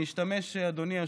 אני אשתמש, אדוני היושב-ראש,